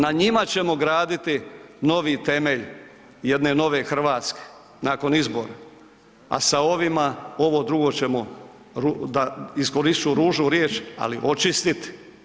Na njima ćemo graditi novi temelj jedne nove Hrvatske, nakon izbora, a sa ovima ovo drugo ćemo, da iskoristit ću ružnu riječ, ali očistiti.